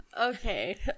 Okay